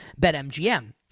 BetMGM